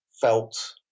felt